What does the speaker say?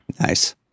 Nice